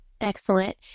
Excellent